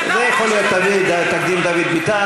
זה תקדים דוד ביטן.